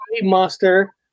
monster